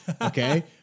Okay